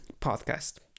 podcast